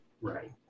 Right